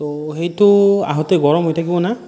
তো সেইটো আহোঁতে গৰম হৈ থাকিবনে